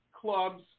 clubs